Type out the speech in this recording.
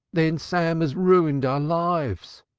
then sam has ruined our lives.